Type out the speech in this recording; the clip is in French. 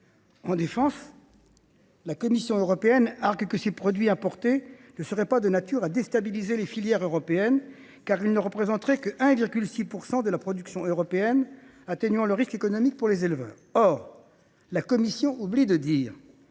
En défense, la Commission européenne argue que ces produits importés ne seraient pas de nature à déstabiliser les filières européennes, car ils ne représenteraient que 1,6 % de la production européenne, atténuant le risque économique pour les éleveurs. Elle oublie de dire